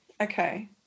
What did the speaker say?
okay